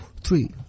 three